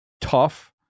tough